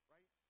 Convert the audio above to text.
Right